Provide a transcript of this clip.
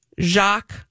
Jacques